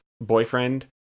boyfriend